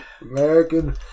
American